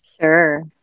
sure